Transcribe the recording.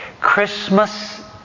Christmas